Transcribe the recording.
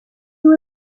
you